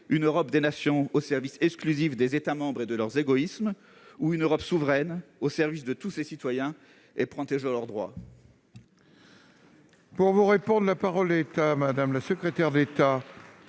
une Europe des nations au service exclusif des États membres et de leurs égoïsmes ou une Europe souveraine au service de tous ses citoyens et protégeant leurs droits ?